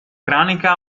cranica